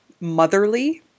motherly